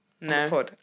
No